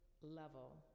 level